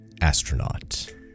astronaut